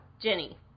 Jenny